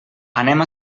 anem